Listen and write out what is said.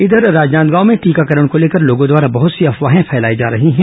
इधर राजनांदगांव में टीकाकरण को लेकर लोगों द्वारा बहुत सी अफवाहें फैलाई जा रही है